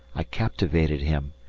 i captivated him,